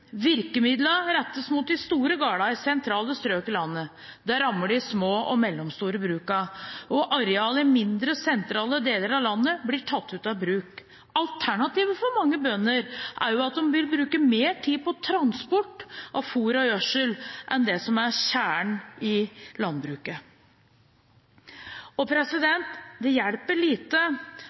Virkemidlene rettes mot de store gardene i sentrale strøk i landet. Det rammer de små og mellomstore brukene. Arealer i mindre sentrale deler av landet blir tatt ut av bruk. Alternativet for mange bønder er at de vil bruke mer tid på transport av fôr og gjødsel enn på det som er kjernen i landbruket. Det hjelper lite